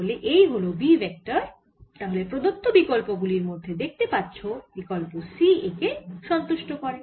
তাহলে এই হল B ভেক্টর তাহলে প্রদত্ত বিকল্প গুলির মধ্যে দেখতে পাচ্ছো বিকল্প C একে সন্তুষ্ট করে